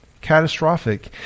Catastrophic